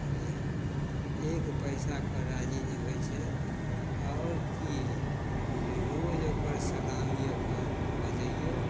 बुझलिए एक पइसाके राजी नहि होइ छै आओर कि जे रोज ओकर सलामी ओकर बजैऔ